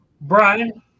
Brian